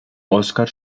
oscar